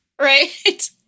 Right